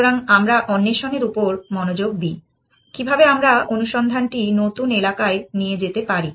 সুতরাং আমরা অন্বেষণের উপর মনোযোগ দিই কিভাবে আমরা অনুসন্ধানটি নতুন এলাকায় নিয়ে যেতে পারি